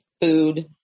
food